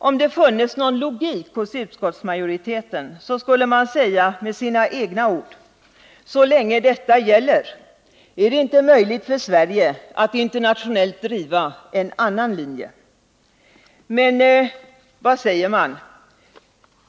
Om det funnes någon logik hos utskottsmajoriteten, skulle den säga med sina egna ord: Så länge detta gäller är det inte möjligt för Sverige att internationellt driva en annan linje. Men vad säger man?